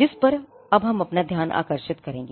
जिस पर हम अब अपना ध्यान आकर्षित करेंगे